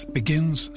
begins